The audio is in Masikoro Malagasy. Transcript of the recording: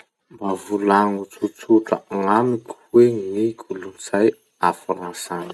Mba volagno tsotsotra gn'amiko hoe gny kolotsay a Fransa agny?